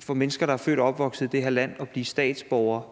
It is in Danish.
for mennesker, der er født og opvokset i det her land, at blive statsborgere